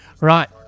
Right